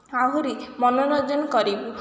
ଆହୁରି ମନୋରଞ୍ଜନ କରିବୁ